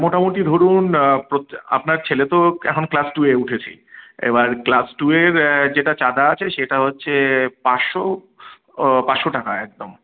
মোটামুটি ধরুন প্রত্যেক আপনার ছেলে তো এখন ক্লাস টুয়ে উঠেছে এবার ক্লাস টুয়ের যেটা চাঁদা আছে সেটা হচ্ছে পাঁচশো পাঁচশো টাকা একদম